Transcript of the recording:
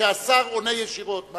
כשהשר עונה ישירות.